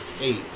eight